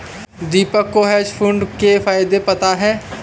दीपक को hedge fund के फायदे पता है